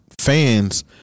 fans